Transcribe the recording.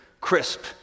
crisp